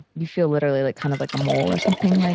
you feel literally like kind of like a mole or something,